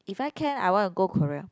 if I can I want to go Korea